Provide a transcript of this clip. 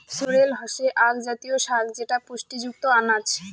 sorrel হসে আক জাতীয় শাক যেটা পুষ্টিযুক্ত আনাজ